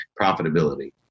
profitability